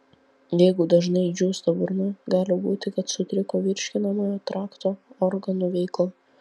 jeigu dažnai džiūsta burna gali būti kad sutriko virškinamojo trakto organų veikla